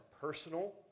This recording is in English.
personal